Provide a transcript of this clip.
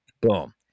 Boom